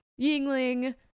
Yingling